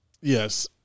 Yes